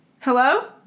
Hello